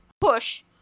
push